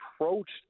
approached